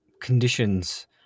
conditions